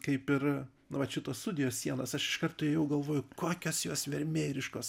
kaip ir nu vat šitos studijos sienos aš iš karto ėjau galvoju kokios jos vermėriškos